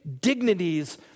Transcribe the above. dignities